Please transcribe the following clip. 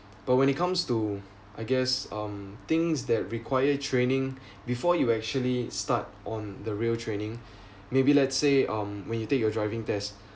but when it comes to I guess um things that require training before you actually start on the real training maybe let's say um when you take your driving test